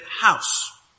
house